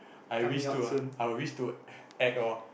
I wish to ah I will wish to act lor